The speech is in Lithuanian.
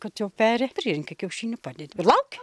kad jau peri prirenki kiaušinių padedi lauki